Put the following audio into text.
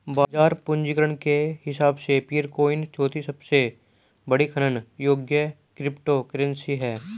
बाजार पूंजीकरण के हिसाब से पीरकॉइन चौथी सबसे बड़ी खनन योग्य क्रिप्टोकरेंसी है